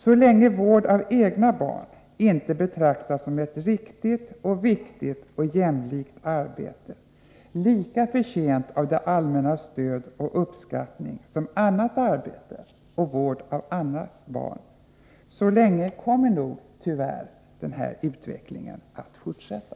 Så länge vård av egna barn inte betraktas som ett riktigt, viktigt och jämlikt arbete, lika förtjänt av det allmännas stöd och uppskattning som annat arbete och vård av andras barn, så länge kommer nog tyvärr den negativa befolkningsutvecklingen att fortsätta.